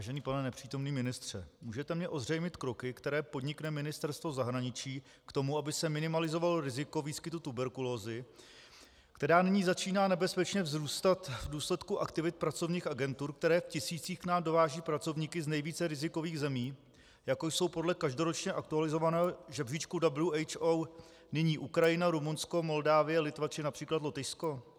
Vážený pane nepřítomný ministře, můžete mi ozřejmit kroky, které podnikne Ministerstvo zdravotnictví k tomu, aby se minimalizovalo riziko výskytu tuberkulózy, která nyní začíná nebezpečně vzrůstat v důsledku aktivit pracovních agentur, které v tisících k nám dovážejí pracovníky z nejvíce rizikových zemí, jako jsou podle každoročně aktualizovaného žebříčku WHO nyní Ukrajina, Rumunsko, Moldávie, Litva, či například Lotyšsko?